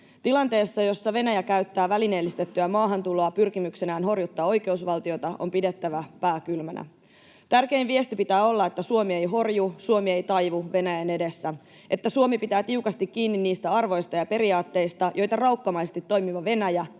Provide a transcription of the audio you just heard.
Tilanteessa, jossa Venäjä käyttää välineellistettyä maahantuloa pyrkimyksenään horjuttaa oikeusvaltiota, on pidettävä pää kylmänä. Tärkein viesti pitää olla, että Suomi ei horju, Suomi ei taivu Venäjän edessä, että Suomi pitää tiukasti kiinni niistä arvoista ja periaatteista, joita raukkamaisesti toimiva Venäjä ei ole